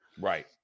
Right